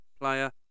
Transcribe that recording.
player